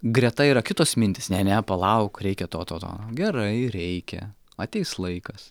greta yra kitos mintys ne ne palauk reikia to to to gerai reikia ateis laikas